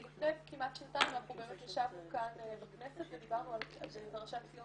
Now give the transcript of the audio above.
לפני כמעט שנתיים אנחנו ישבנו כאן בכנסת ודיברנו על פרשת ציון